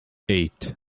eight